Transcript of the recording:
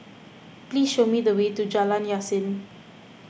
please show me the way to Jalan Yasin